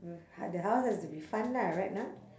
the house has to be fun lah right not